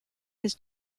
his